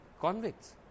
convicts